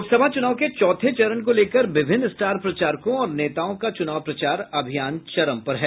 लोकसभा चुनाव के चौथे चरण को लेकर विभिन्न स्टार प्रचारकों और नेताओं का चुनाव प्रचार अभियान चरम पर है